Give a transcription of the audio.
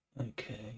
Okay